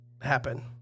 happen